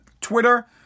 Twitter